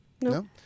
No